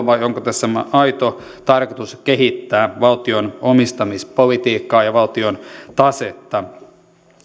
vai onko tässä aito tarkoitus kehittää valtion omistamispolitiikkaa ja valtion tasetta